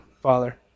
Father